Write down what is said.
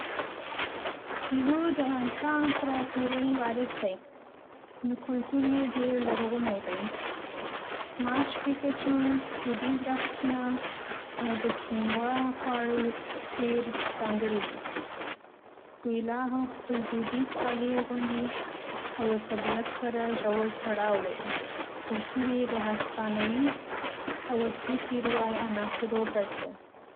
پیرو د انکا امپراتورۍ وارث دی، نو کلتور یې ډېر لرغونی دی. ماش پیکچو، دودیز رقصونه، او د کوینوا خواړه ډېر ځانګړي دي. دوی لا هم خپل دودیز کالي اغوندي او د طبیعت سره ژور تړاو لري. کلتور یې د هسپانوي او اصلي پیروای عناصرو ګډ دی.